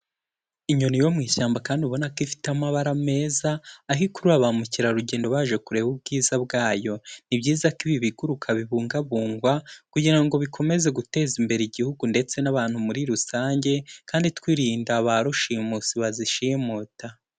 Inyoni yo mu ishyamba kandi ubona ko ifite amabara meza, aho ikurura ba mukerarugendo baje kureba ubwiza bwayo, ni byiza ko ibi biguruka bibungabungwa kugira ngo bikomeze guteza imbere igihugu ndetse n'abantu muri rusange kandi twirinda ba rushimusi bazishimuta.